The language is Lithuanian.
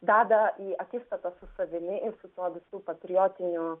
veda į akistatą su savimi ir su visu patriotiniu